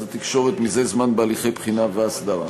התקשורת זה זמן בהליכי בחינה והסדרה.